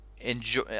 enjoy